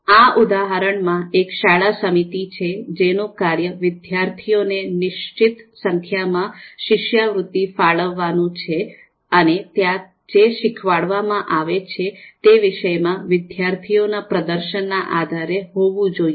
આ ઉદાહરણમાં એક શાળા સમિતિ છે જેનું કાર્ય વિદ્યાર્થીઓને નિશ્ચિત સંખ્યામાં શિષ્યવૃત્તિ ફાળવવાનું છે અને ત્યાં જે શીખવાડવામાં આવે છે તે વિષયમાં વિદ્યાર્થીઓ ના પ્રદર્શન ના આધારે હોવું જોઈએ